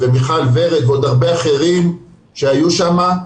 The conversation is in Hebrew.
ומיכל ורד ועוד הרבה אחרים שהיו שם,